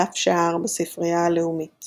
דף שער בספרייה הלאומית